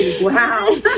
Wow